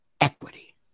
equity